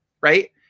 right